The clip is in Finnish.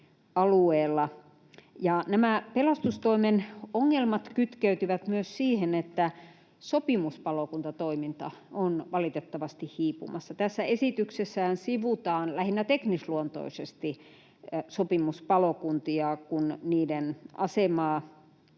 Nämä pelastustoimen ongelmat kytkeytyvät myös siihen, että sopimuspalokuntatoiminta on valitettavasti hiipumassa. Tässä esityksessähän sivutaan lähinnä teknisluontoisesti sopimuspalokuntia, kun niiden asemaa